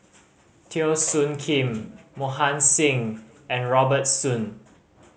Teo Soon Kim Mohan Singh and Robert Soon